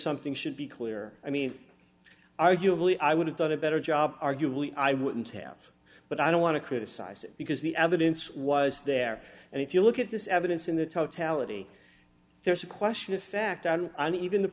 something should be clear i mean arguably i would have done a better job arguably i wouldn't have but i don't want to criticize it because the evidence was there and if you look at this evidence in the totality there's a question of fact on an even the